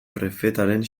prefetaren